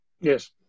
Yes